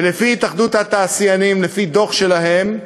ולפי התאחדות התעשיינים, לפי דוח שלהם,